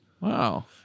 Wow